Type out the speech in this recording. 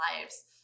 lives